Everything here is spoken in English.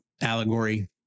allegory